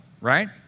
right